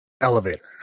elevator